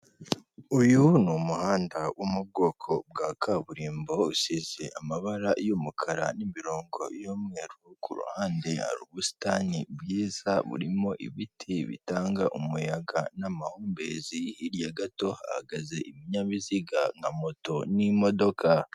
Uyu ni umuhanda wo mu bwoko bwa kaburimbo usize amabara y'umukara, imirongo y'umweru, ku ruhande hari ubusitani bwiza burimo ibiti bitanga umuyaga n'amahumbezi hirya gato hahagaze ibinyabiziga nka moto n'imodoka.